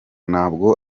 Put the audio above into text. ntabwo